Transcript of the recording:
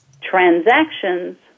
transactions